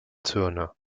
zone